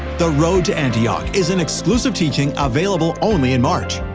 the road to antioch is an exclusive teaching available only in march.